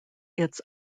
its